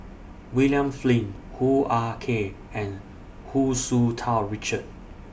William Flint Hoo Ah Kay and Hu Tsu Tau Richard